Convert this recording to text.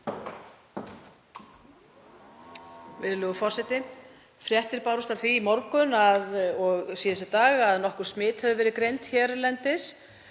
Virðulegi forseti. Fréttir bárust af því í morgun og síðustu daga að nokkur smit hefðu verið greind hérlendis.